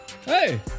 Hey